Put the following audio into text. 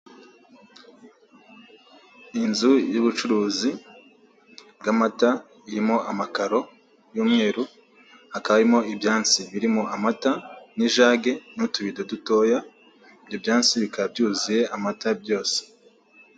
Inzu y'ubucuruzi bw'amata irimo amakaro y'umweru, hakaba harimo ibyansi birimo amata, n'ijage, n'utubido dutoya. Ibyo byansi bikaba byuzuye amata byose.